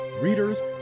readers